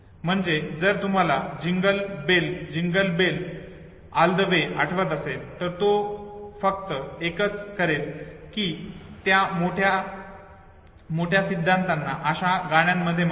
म्हणजे जर तुम्हाला "jingle bell jingle bell jingle all the way" आठवत असेल तर तो फक्त असेच करेल की त्या मोठ्या मोठ्या सिद्धांताना अशा गाण्यांमध्ये मांडेल